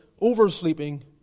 oversleeping